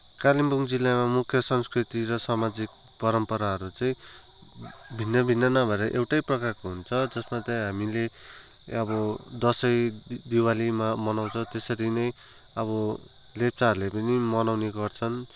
कालिम्पोङ जिल्लामा मुख्य सांस्कृतिक र सामाजिक परम्पराहरू चाहिँ भिन्न भिन्न नभएर एउटै प्रकारको हुन्छ जसमा चाहिँ हामीले अब दसैँ दिवालीमा मनाउँछौँ त्यसरी नै अब लेप्चाहरूले पनि मनाउने गर्छन्